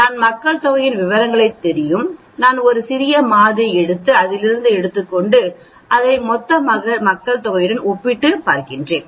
நான் மக்கள் தொகையில் விவரங்கள் தெரியும் நான் ஒரு சிறிய மாதிரி எடுத்துஅதிலிருந்து எடுத்துக்கொண்டு அதை மொத்த மக்கள்தொகை ஒப்பிட அதை ஒரு மாதிரி என்கிறோம்